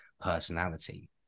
personality